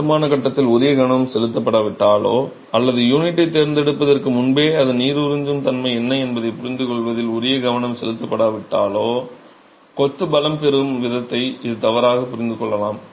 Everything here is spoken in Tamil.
கட்டுமான கட்டத்தில் உரிய கவனம் செலுத்தப்படாவிட்டாலோ அல்லது யூனிட்டைத் தேர்ந்தெடுப்பதற்கு முன்பே அதன் நீர் உறிஞ்சும் தன்மை என்ன என்பதைப் புரிந்துகொள்வதில் உரிய கவனம் செலுத்தப்படாவிட்டாலோ கொத்து பலம் பெறும் விதத்தை இது தவறாகப் புரிந்து கொள்ளலாம்